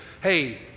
hey